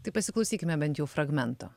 tai pasiklausykime bent jau fragmento